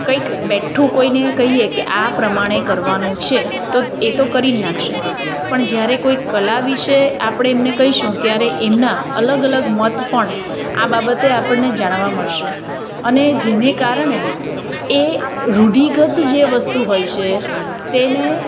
કંઈક બેઠું કોઈને કહીએ કે આ પ્રમાણે કરવાનું છે તો એ તો કરી જ નાંખશે પણ જ્યારે કોઈ કલા વિશે આપણે એમને કઈશું ત્યારે એમના અલગ અલગ મત પણ આ બાબતે આપણને જાણવા મળશે અને જેને કારણે એ રૂઢિગત જે વસ્તુ હોય છે તેને